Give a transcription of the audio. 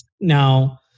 Now